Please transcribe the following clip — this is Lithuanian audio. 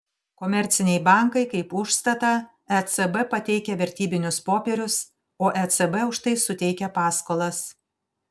komerciniai bankai kaip užstatą ecb pateikia vertybinius popierius o ecb už tai suteikia paskolas